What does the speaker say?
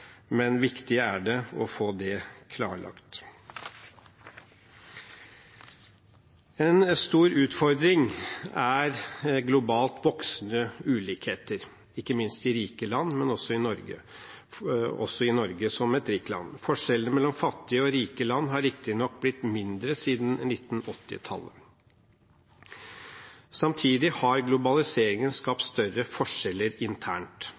men det er viktig å få det klarlagt. En stor utfordring er globalt voksende ulikheter, ikke minst i rike land, men også i Norge, som et rikt land. Forskjellen mellom fattige og rike land har riktignok blitt mindre siden 1980-tallet. Samtidig har globaliseringen skapt større forskjeller internt.